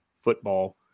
football